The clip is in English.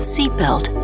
Seatbelt